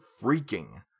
freaking